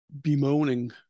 bemoaning